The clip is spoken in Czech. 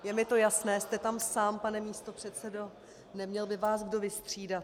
Je mi to jasné, jste tam sám, pane místopředsedo, neměl by vás kdo vystřídat.